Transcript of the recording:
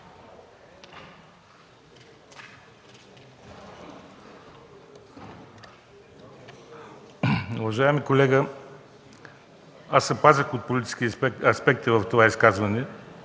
Уважаеми колега, аз се пазех от политически аспекти в своето изказване.